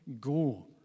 go